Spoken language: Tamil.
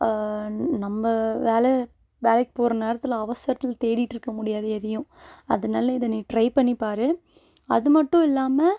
நம்ம வேலை வேலைக்குப் போகிற நேரத்தில் அவசரத்தில் தேடிகிட்ருக்க முடியாது எதையும் அதனால் இதை நீ ட்ரை பண்ணிப் பார் அது மட்டும் இல்லாமல்